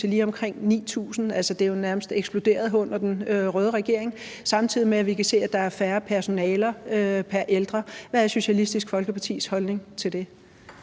til lige omkring 9.000? Det er jo nærmest eksploderet under den røde regering, samtidig med at vi kan se, at der er færre personaler pr. ældre. Hvad er Socialistisk Folkepartis holdning til det?